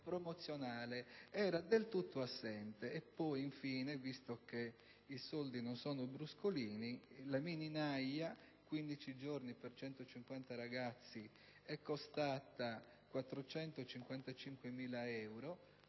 promozionale era del tutto assente. Tra l'altro, visto che i soldi non sono bruscolini, la mini naia - 15 giorni per 150 ragazzi - è costata 455.000 euro,